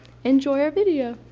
enjoy our video!